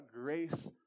grace